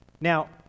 Now